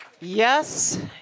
Yes